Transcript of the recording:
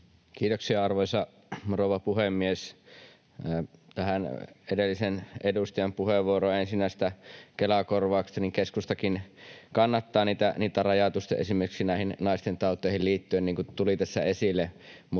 Kiitoksia, arvoisa rouva puhemies! Tähän edellisen edustajan puheenvuoroon ensin näistä Kela-korvauksista: keskustakin kannattaa niitä rajatusti esimerkiksi näihin naistentauteihin liittyen, niin kuin tuli tässä esille.